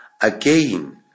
Again